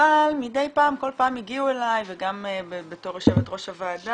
אבל מדי פעם כל פעם הגיעו אלי וגם בתור יו"ר הוועדה,